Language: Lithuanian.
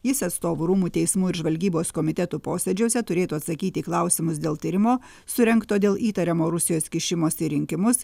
jis atstovų rūmų teismų ir žvalgybos komitetų posėdžiuose turėtų atsakyti į klausimus dėl tyrimo surengto dėl įtariamo rusijos kišimosi į rinkimus